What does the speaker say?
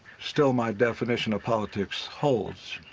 still my definition of politics holds.